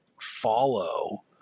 follow